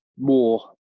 more